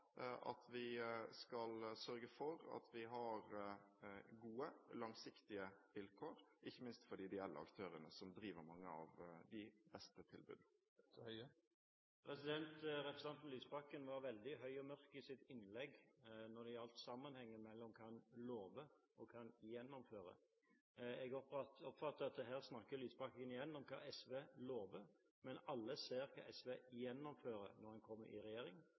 tiltak som skal til for å møte de rusavhengige på ulike måter, for vi vet at det er ulike ting som fungerer. Derfor står vi vakt om balansen mellom somatikk, rus og psykiatri, og derfor er vi opptatt av å sørge for at vi har gode, langsiktige vilkår, ikke minst for de ideelle aktørene som driver mange av de beste tilbudene. Representanten Lysbakken var veldig høy og mørk i sitt innlegg når det gjelder sammenhengen mellom hva han lover,